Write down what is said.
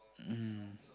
(mmgmm)